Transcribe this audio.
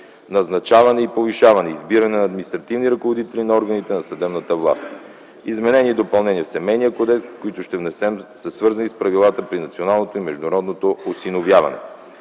назначаване и повишаване, избиране на административни ръководители на органите на съдебната власт. Измененията и допълненията в Семейния кодекс, които ще внесем, са свързани с правилата при националното и международното осиновяване.